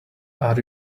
are